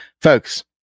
folks